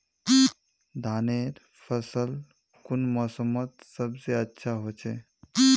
धानेर फसल कुन मोसमोत सबसे अच्छा होचे?